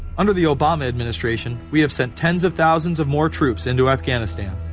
under the obama administration, we have sent tens of thousands of more troops into afghanistan,